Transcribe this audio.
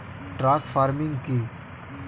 Truck farming কি?